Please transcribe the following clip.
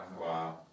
Wow